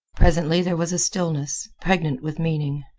presently there was a stillness, pregnant with meaning.